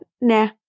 nah